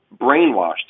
brainwashed